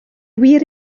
wir